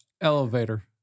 Elevator